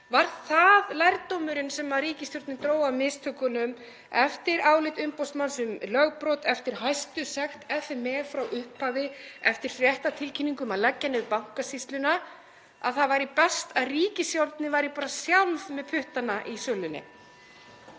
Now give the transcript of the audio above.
Var það lærdómurinn sem ríkisstjórnin dró af mistökunum eftir álit umboðsmanns um lögbrot, eftir hæstu sekt FME frá upphafi, (Forseti hringir.)eftir fréttatilkynningu um að leggja niður Bankasýsluna, að það væri best að ríkisstjórnin væri bara sjálf með puttana í sölunni?